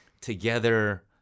together